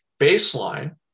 baseline